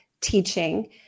teaching